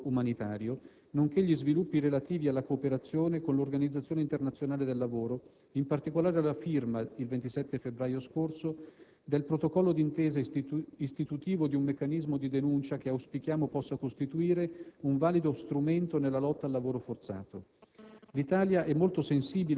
di bambini soldato e aiuto umanitario, nonché gli sviluppi relativi alla cooperazione con l'Organizzazione internazionale del lavoro, in particolare la firma, il 27 febbraio scorso, del protocollo d'intesa istitutivo di un meccanismo di denuncia che auspichiamo possa costituire un valido strumento nella lotta al lavoro forzato.